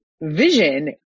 vision